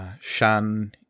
Shan